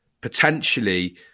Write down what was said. potentially